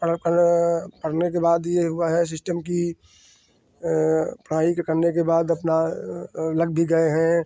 पढ़ पढ़ पढ़ने के बाद यह हुआ है सिस्टम की पढ़ाई के करने के बाद अपना लग भी गए हैं